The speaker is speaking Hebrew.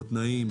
בתנאים,